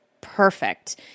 perfect